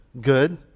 good